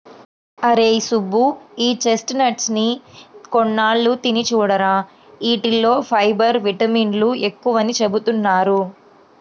అరేయ్ సుబ్బు, ఈ చెస్ట్నట్స్ ని కొన్నాళ్ళు తిని చూడురా, యీటిల్లో ఫైబర్, విటమిన్లు ఎక్కువని చెబుతున్నారు